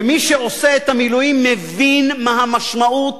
ומי שעושה את המילואים מבין מה המשמעות